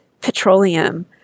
petroleum